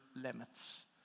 limits